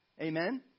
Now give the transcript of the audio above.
Amen